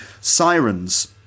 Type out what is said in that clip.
sirens